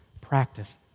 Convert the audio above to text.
practice